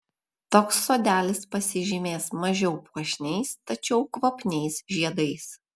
toks sodelis pasižymės mažiau puošniais tačiau kvapniais žiedais